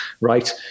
right –